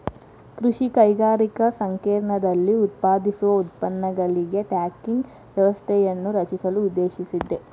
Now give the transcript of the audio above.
ಕೃಷಿ ಕೈಗಾರಿಕಾ ಸಂಕೇರ್ಣದಲ್ಲಿ ಉತ್ಪಾದಿಸುವ ಉತ್ಪನ್ನಗಳಿಗೆ ಟ್ರ್ಯಾಕಿಂಗ್ ವ್ಯವಸ್ಥೆಯನ್ನು ರಚಿಸಲು ಉದ್ದೇಶಿಸಿದೆ